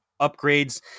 upgrades